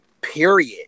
period